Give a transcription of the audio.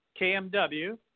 KMW